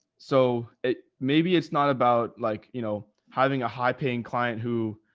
so it, maybe it's not about like, you know, having a high paying client who,